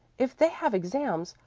if they have exams.